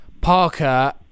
Parker